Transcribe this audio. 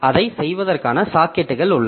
அதைச் செய்வதற்கான சாக்கெட்டுகள் உள்ளன